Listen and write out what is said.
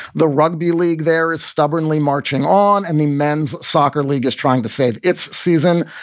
the rugby league there is stubbornly marching on and the men's soccer league is trying to save its season,